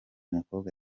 mukobwa